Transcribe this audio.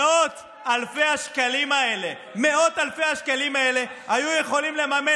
מאות אלפי השקלים האלה היו יכולים לממן,